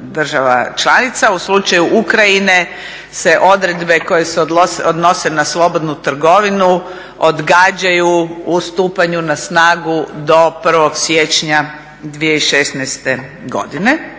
država članica. U slučaju Ukrajine se odredbe koje se odnose na slobodnu trgovinu odgađaju u stupanju na snagu do 1. siječnja 2016. godine.